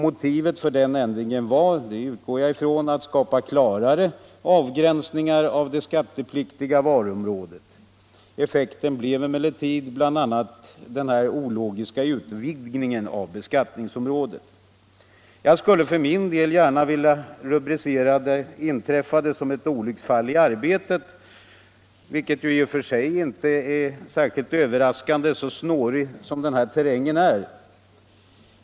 Motivet för ändringen var — det utgår jag ifrån — att skapa klarare avgränsningar av det skattepliktiga varuområdet. Effekten blev emellertid bl.a. denna ologiska utvidgning av beskattningsområdet. Jag skulle vilja rubricera det inträffade som ett olycksfall i arbetet, vilket inte är alltför överraskande, så snårig som den här terrängen är.